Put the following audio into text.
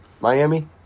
miami